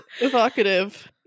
evocative